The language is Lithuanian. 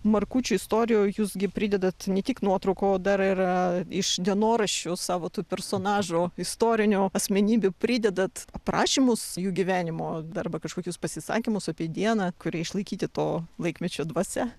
markučių istorijoj jūs gi pridedat ne tik nuotraukų o dar yra iš dienoraščių savo tų personažų istorinių asmenybių pridedat aprašymus jų gyvenimo arba kažkokius pasisakymus apie dieną kurie išlaikyti to laikmečio dvasia